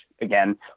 again